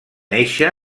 néixer